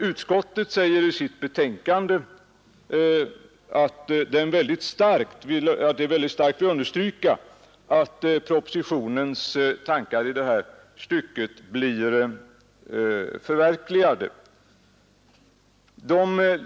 Utskottet säger i sitt betänkande att det starkt vill understryka vikten av att propositionens tankar i detta stycke blir förverkligade.